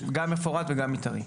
שכונות מגורים, גם מפורט וגם מתארי.